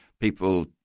people